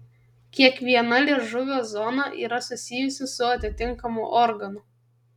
kiekviena liežuvio zona yra susijusi su atitinkamu organu